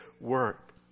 work